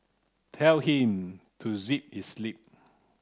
tell him to zip his lip